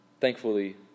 Thankfully